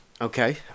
Okay